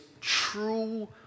true